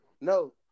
no